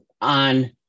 on